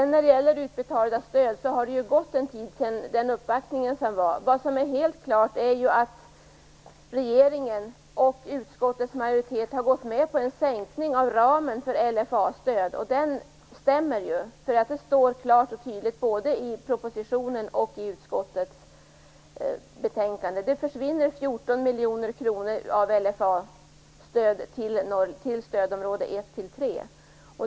När det gäller utbetalda stöd har det gått en tid sedan den uppvaktning som var. Vad som är helt klart är att regeringen och utskottets majoritet har gått med på en sänkning av ramen för LFA-stöd. Det står klart och tydligt både i propositionen och i utskottets betänkande. 14 miljoner kronor försvinner av LFA stödet till stödområdena 1-3.